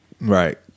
Right